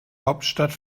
hauptstadt